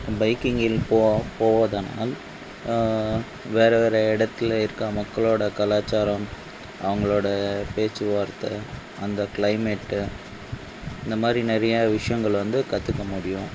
பைக்கிங்கில் போவா போவதனால் வேறு வேறு இடத்தில இருக்க மக்களோட கலாச்சாரம் அவங்களோட பேச்சு வார்த்தை அந்த கிளைமேட்டு இந்த மாதிரி நிறையா விஷயங்கள் வந்து கற்றுக்க முடியும்